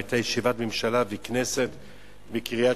היתה ישיבת ממשלה וישיבת כנסת בקריית-שמונה.